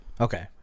Okay